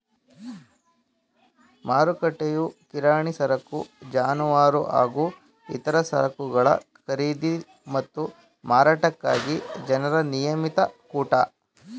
ಮಾರುಕಟ್ಟೆಯು ಕಿರಾಣಿ ಸರಕು ಜಾನುವಾರು ಹಾಗೂ ಇತರ ಸರಕುಗಳ ಖರೀದಿ ಮತ್ತು ಮಾರಾಟಕ್ಕಾಗಿ ಜನರ ನಿಯಮಿತ ಕೂಟ